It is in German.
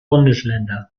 bundesländer